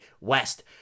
West